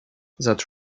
that